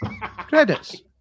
Credits